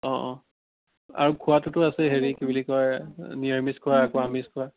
অ' অ' আৰু খোৱাটোতো আছে হেৰি কি বুলি কয় নিৰামিষ খোৱা আৰু আমিষ খোৱা